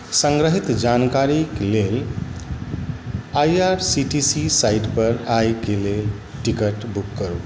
सङ्ग्रहित जानकारीक लेल I R C T C साइटपर आइके लेल टिकट बुक करू